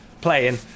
playing